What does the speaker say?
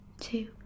two